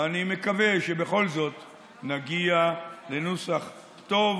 ואני מקווה שבכל זאת נגיע לנוסח טוב,